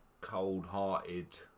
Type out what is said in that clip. cold-hearted